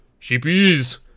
sheepies